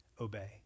obey